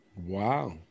Wow